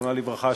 זיכרונה לברכה,